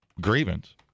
grievance